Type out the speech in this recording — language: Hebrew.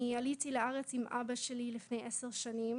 אני עליתי לארץ עם אבא שלי לפני עשר שנים,